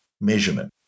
measurement